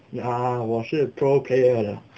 uh 我是 pro player 的